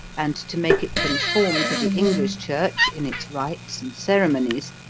and to make it conform to the english church in its rites and ceremonies,